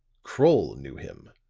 kroll knew him,